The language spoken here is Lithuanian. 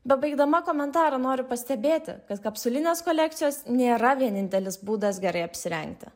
bebaigdama komentarą noriu pastebėti kas kapsulinės kolekcijos nėra vienintelis būdas gerai apsirengti